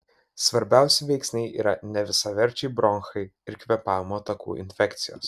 svarbiausi veiksniai yra nevisaverčiai bronchai ir kvėpavimo takų infekcijos